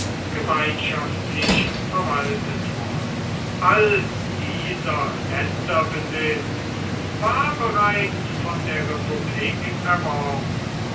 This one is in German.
gemeinschaftlich verwaltet worden all dieser länderbesitz war bereits von der republik erworben